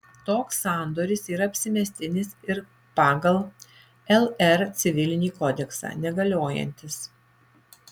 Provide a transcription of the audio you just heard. toks sandoris yra apsimestinis ir pagal lr civilinį kodeksą negaliojantis